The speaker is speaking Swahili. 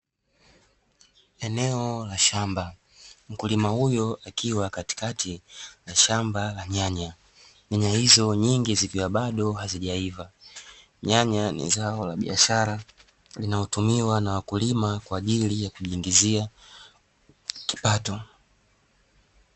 Eneo la shamba. Mkulima huyo akiwa katikati ya shamba la nyanya, nyanya hizo nyingi zikiwa bado hazijaiva. Nyanya ni zao la biashara linalotumiwa na wakulima kwa ajili ya kujiingizia kipato.